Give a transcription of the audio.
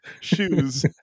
shoes